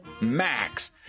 Max